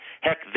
heck